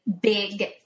big